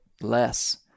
less